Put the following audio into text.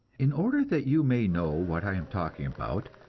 in order that you may know what i am talking about,